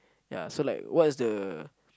ya so like what's the